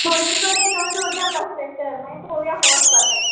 दोनीय कडेन घेवन दोरया प्रॉस्पॅक्टर मागीर पळोवया खंय वसपा तें